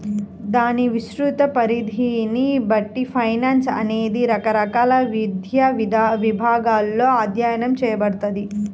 దాని విస్తృత పరిధిని బట్టి ఫైనాన్స్ అనేది రకరకాల విద్యా విభాగాలలో అధ్యయనం చేయబడతది